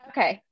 Okay